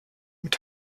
mit